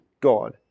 God